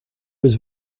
was